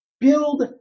build